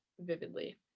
vividly